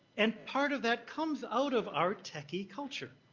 and part of that comes out of our techie culture